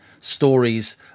stories